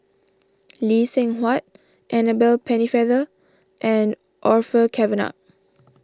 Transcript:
Lee Seng Huat Annabel Pennefather and Orfeur Cavenagh